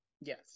Yes